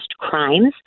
crimes